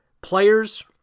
players